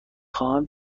خواهم